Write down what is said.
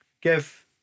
give